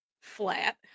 flat